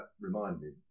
reminded